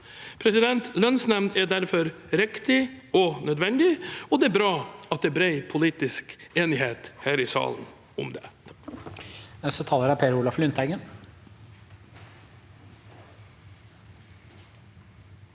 konsekvenser. Lønnsnemnd er derfor riktig og nødvendig, og det er bra at det er bred politisk enighet her i salen om det.